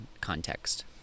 context